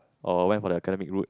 or went for the academic route